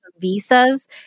visas